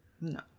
No